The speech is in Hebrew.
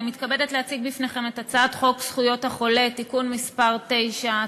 אני מתכבדת להציג בפניכם את הצעת חוק זכויות החולה (תיקון מס' 9),